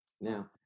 Now